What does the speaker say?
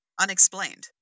Unexplained